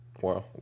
Wow